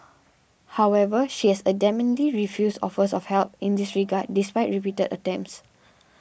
however she has adamantly refused offers of help in this regard despite repeated attempts